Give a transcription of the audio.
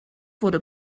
wurde